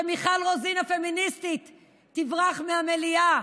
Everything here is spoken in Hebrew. שמיכל רוזין הפמיניסטית תברח מהמליאה,